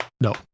No